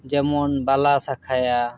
ᱡᱮᱢᱚᱱ ᱵᱟᱞᱟ ᱥᱟᱠᱷᱟᱭᱟ